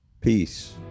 Peace